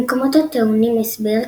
במקומות הטעונים הסבר,